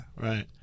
right